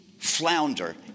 flounder